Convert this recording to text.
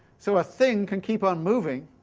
so a thing can keep on moving.